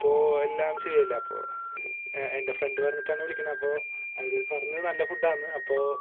അപ്പോൾ എല്ലാം ശരിയല്ലേ എൻറെ ഫ്രണ്ട് പറഞ്ഞിട്ടാണ് വിളിക്കുന്നത് അപ്പോൾ അവര് പറഞ്ഞത് നല്ല ഫുഡാന്ന് അപ്പോൾ